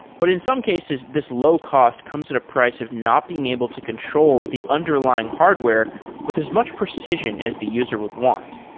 but in some cases this low cost comes at a price of not being able to control the underlying hardware with as much precision as the user would want.